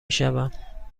شوم